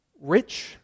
rich